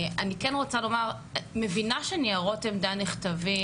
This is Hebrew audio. אני כן רוצה לומר: אני מבינה שניירות עמדה נכתבים,